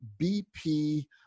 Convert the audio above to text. BP